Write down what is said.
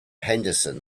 henderson